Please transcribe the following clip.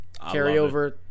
carryover